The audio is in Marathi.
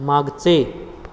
मागचे